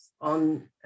on